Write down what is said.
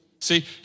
See